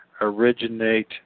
originate